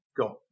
got